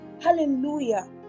Hallelujah